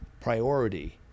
priority